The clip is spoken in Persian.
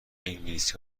انگلیسی